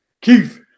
Keith